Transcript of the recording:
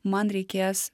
man reikės